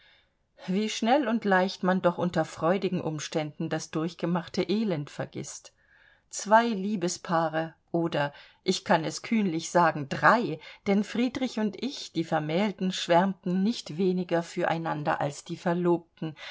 wie schnell und leicht man doch unter freudigen umständen das durchgemachte elend vergißt zwei liebespaare oder ich kann es kühnlich sagen drei denn friedrich und ich die vermählten schwärmten nicht viel weniger füreinander als die verlobten